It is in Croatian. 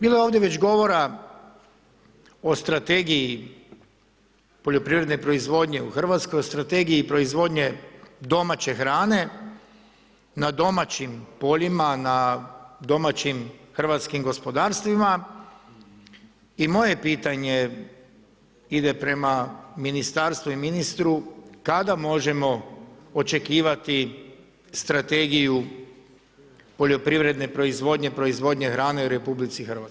Bilo je ovdje već govora o Strategiji poljoprivrede proizvodnje u Hrvatskoj, o Strategiji proizvodnje domaće hrane na domaćim poljima, na domaćim hrvatskim gospodarstvima i moje pitanje ide prema ministarstvu i ministru, kada možemo očekivati Strategiju poljoprivredne proizvodnje, proizvodnje hrane u RH?